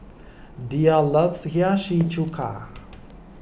Diya loves Hiyashi Chuka